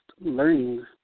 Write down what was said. learning